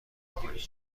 کنیم